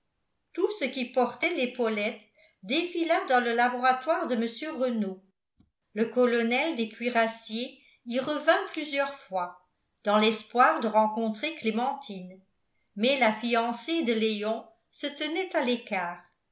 tout ce qui portait l'épaulette défila dans le laboratoire de mr renault le colonel des cuirassiers y revint plusieurs fois dans l'espoir de rencontrer clémentine mais la fiancée de léon se tenait à l'écart